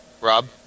Rob